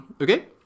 okay